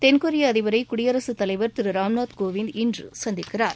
தென்கொரிய அதிபரை குடியரசு தலைவர் திரு ராம்நாத் கோவிந்த் இன்று சந்திக்கிறார்